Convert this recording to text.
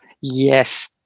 Yes